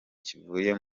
kivuye